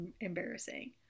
embarrassing